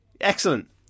excellent